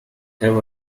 have